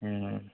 ம் ம்